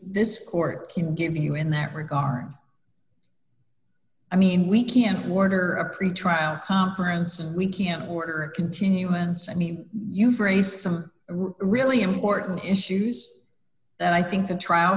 this court can give you in that regard i mean we can't order a pretrial conference and we can't order a continuance i mean you've raised some really important issues that i think the trial